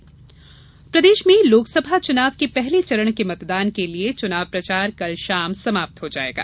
चुनाव प्रचार प्रदेश में लोकसभा चुनाव के पहले चरण के मतदान के लिए चुनाव प्रचार कल शाम समाप्त हो जायेगा